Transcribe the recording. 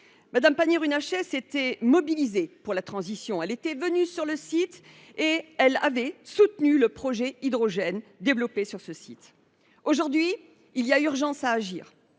Mme Pannier Runacher s’était mobilisée pour la transition. Elle était venue sur le site et avait soutenu le projet hydrogène qui y était développé. Aujourd’hui, il y a urgence à agir